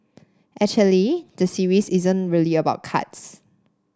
actually the series isn't really about cards